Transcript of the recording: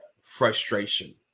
frustration